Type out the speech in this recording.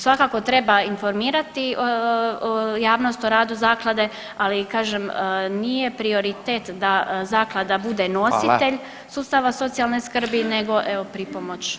Svakako treba informirati javnost o radu zaklade ali i kažem nije prioritet da zaklada bude nositelj sustava [[Upadica: Hvala.]] socijalne skrbi nego evo pripomoć.